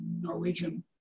Norwegian